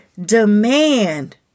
demand